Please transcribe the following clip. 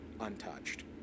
untouched